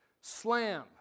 Slam